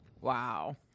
wow